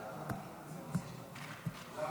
גם לרשותך שלוש דקות, בבקשה.